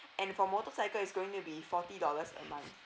and for motorcycle is going to be forty dollars a month